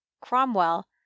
cromwell